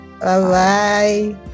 Bye-bye